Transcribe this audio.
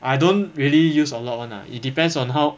I don't really use a lot [one] lah it depends on how